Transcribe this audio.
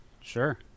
Sure